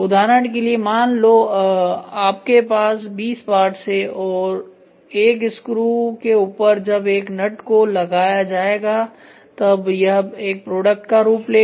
उदाहरण के लिए मान लो आपके पास 20 पार्ट्स हैं एक स्क्रू के ऊपर जब एक नटको लगाया जाएगा तब यह एक प्रोडक्ट का रूप लेगा